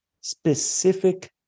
specific